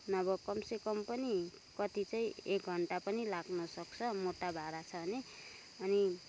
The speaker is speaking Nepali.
नभए कमसेकम पनि कति चाहिँ एक घन्टा पनि लाग्न सक्छ मोटा भाँडा छ भने अनि